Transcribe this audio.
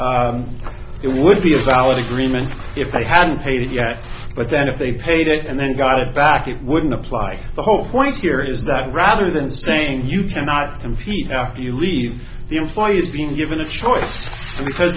it would be a valid agreement if they hadn't paid yet but then if they paid it and they got it back it wouldn't apply the whole point here is that rather than saying you cannot compete after you leave the employees being given a choice because